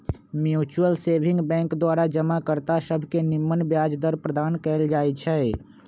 mutual saving bank द्वारा जमा कर्ता सभके निम्मन ब्याज दर प्रदान कएल जाइ छइ